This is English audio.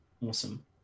Awesome